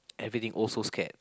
everything also scared